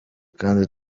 kandi